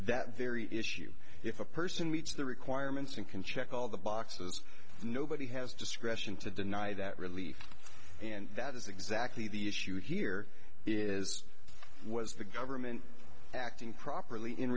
that very issue if a person meets the requirements and can check all the boxes nobody has discretion to deny that relief and that is exactly the issue here is was the government acting properly in